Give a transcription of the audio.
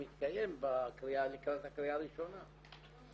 התקיים לקראת הקריאה הראשונה.